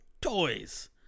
Toys